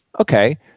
okay